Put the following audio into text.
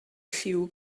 lliw